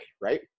right